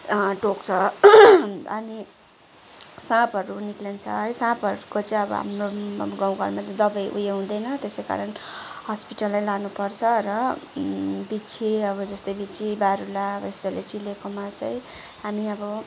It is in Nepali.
टोक्छ अनि साँपहरू निक्लिन्छ है साँपहरूको चाहिँ हाम्रो गाउँ घरमा त दवाई उयो हुँदैन त्यसै कारण हस्पिटल नै लानुपर्छ र बिच्छी अब जस्तै बिच्छी बारुलो हो यस्तोहरूले चिलेकोमा चाहिँ हामी अब